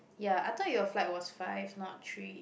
ya I thought your flight was five not three